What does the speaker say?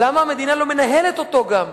למה המדינה לא מנהלת אותו גם?